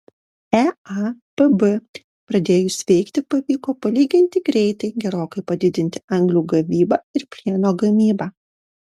eapb pradėjus veikti pavyko palyginti greitai gerokai padidinti anglių gavybą ir plieno gamybą